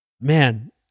Man